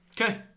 Okay